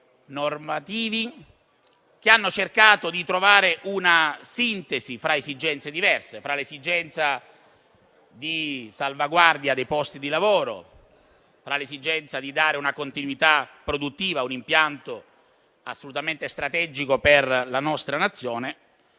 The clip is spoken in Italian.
che hanno cercato di trovare una sintesi fra esigenze diverse: l'esigenza di salvaguardia dei posti di lavoro, quella di dare una continuità produttiva a un impianto assolutamente strategico per la nostra Nazione